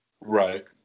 Right